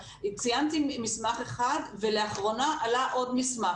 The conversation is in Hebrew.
אם ציינתי מסמך אחד, ולאחרונה עלה עוד מסמך.